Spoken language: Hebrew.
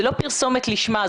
זה לא פרסומת לשמה.